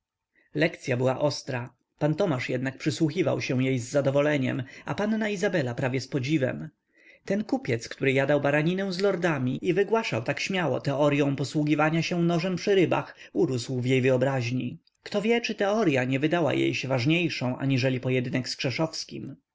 lekcya była ostra pan tomasz jednak przysłuchiwał się jej z zadowoleniem a panna izabela prawie z podziwem ten kupiec który jadał baraninę z lordami i wygłaszał tak śmiało teoryą posługiwania się nożem przy rybach urósł w jej wyobraźni kto wie czy teorya nie wydała się jej ważniejszą aniżeli pojedynek z